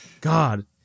god